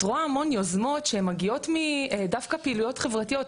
את רואה המון יוזמות שהן מגיעות דווקא מפעילויות חברתיות.